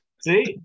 See